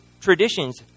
traditions